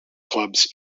clubs